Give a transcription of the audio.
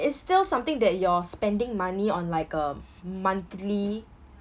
it's still something that you're spending money on like a monthly